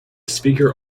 speaker